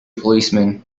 policeman